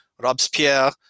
Robespierre